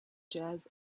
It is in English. jazz